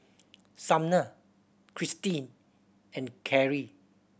Sumner Cristy and Karrie